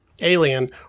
Alien